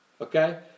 Okay